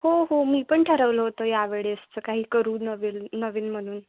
हो हो मी पण ठरवलं होतं यावेळेसचं काही करू नवीन नवीन म्हणून